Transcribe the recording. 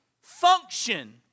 function